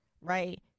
right